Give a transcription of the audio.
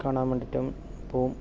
കാണാൻവേണ്ടിട്ടും പോകും